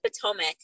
potomac